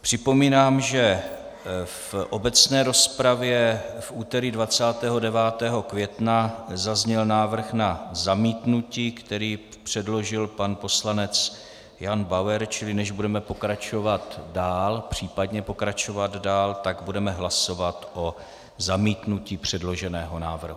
Připomínám, že v obecné rozpravě v úterý 29. května zazněl návrh na zamítnutí, který předložil pan poslanec Jan Bauer, čili než budeme pokračovat dál, případně pokračovat dál, tak budeme hlasovat o zamítnutí předloženého návrhu.